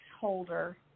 holder